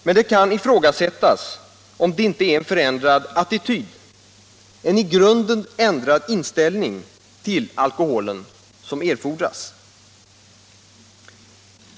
Men man kan ifrågasätta om det inte är en förändrad attityd, en i grunden ändrad inställning, till alkoholen som erfordras.